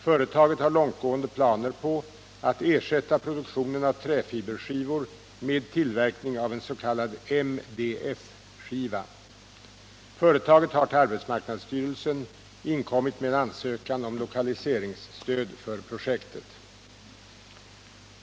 Företaget har långtgående planer på att ersätta produktionen av träfiberskivor med tillverkning av en s.k. MDF-skiva. Företaget har till arbetsmarknadsstyrelsen inkommit med en ansökan om lokaliseringsstöd för projektet.